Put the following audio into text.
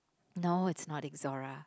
no it's not ixora